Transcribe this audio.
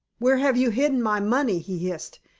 where have you hidden my money? he hissed.